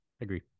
agree